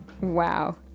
Wow